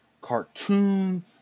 cartoon